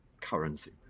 currency